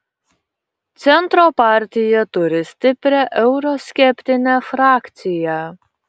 centro partija turi stiprią euroskeptinę frakciją